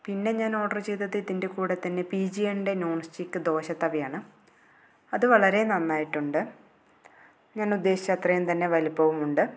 പിന്നെ ഞാൻ ഓർഡർ ചെയ്തത് ഇതിൻ്റെ കൂടെ തന്നെ പിജിയണിൻ്റെ നോൺ സ്റ്റിക്ക് ദോശ തവയാണ് അത് വളരെ നന്നായിട്ടുണ്ട് ഞാൻ ഉദ്ദേശിച്ച അത്രയും തന്നെ വലുപ്പവും ഉണ്ട്